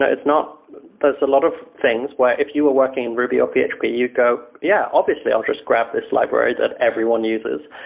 it's not there's a lot of things where if you were working in ruby or php yeah but you'd go, yeah. obviously, i'll just grab this library that everyone uses.